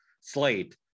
slate